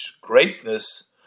greatness